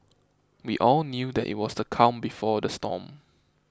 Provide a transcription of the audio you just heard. we all knew that it was the calm before the storm